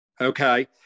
okay